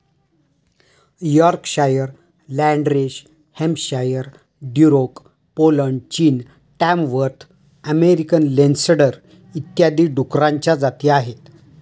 Yorkshire, Landrace Hampshire, Duroc Poland, चीन, Tamworth American Landrace इत्यादी डुकरांच्या जाती आहेत